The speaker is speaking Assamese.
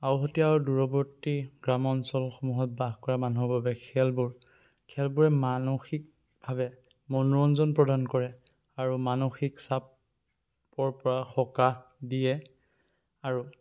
আওহতীয়া আৰু দূৰৱৰ্তী গ্ৰাম অঞ্চলসমূহত বাস কৰা মানুহৰ বাবে খেলবোৰ খেলবোৰে মানসিকভাৱে মনোৰঞ্জন প্ৰদান কৰে আৰু মানসিক চাপৰ পৰা সকাহ দিয়ে আৰু